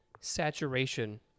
Saturation